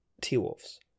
T-Wolves